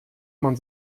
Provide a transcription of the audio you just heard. man